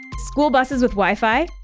school buses with wi-fi.